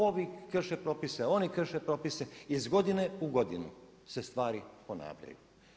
Ovi krše propise, oni krše propise, iz godine u godine se stvari ponavljaju.